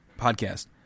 podcast